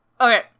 Okay